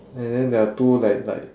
and then there are two like like